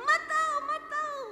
matau matau